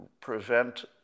prevent